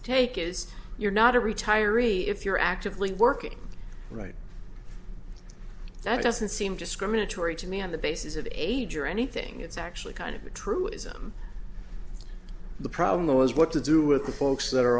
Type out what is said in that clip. to take is you're not a retiree if you're actively working right that doesn't seem discriminatory to me on the basis of age or anything it's actually kind of a truism the problem was what to do with the folks that are